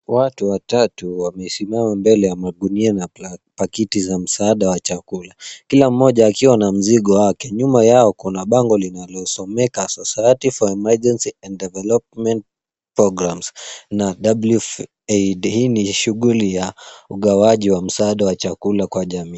Watu watatu wamesimama mbele ya magunia na pakiti za msaada wa chakula, kila mmoja akiwa na mzigo wake. Nyuma yao kuna bango linalosomeka Society for emergency and development Programs na WF-AID. Hii ni shughuli ya ugawaji wa msaada na chakula kwa jamii.